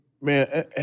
man